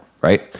right